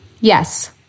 Yes